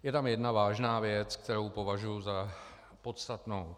Je tam jedna vážná věc, kterou považuji za podstatnou.